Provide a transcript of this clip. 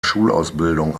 schulausbildung